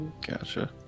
Gotcha